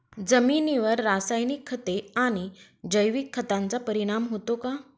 जमिनीवर रासायनिक खते आणि जैविक खतांचा परिणाम होतो का?